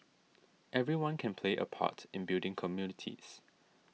everyone can play a part in building communities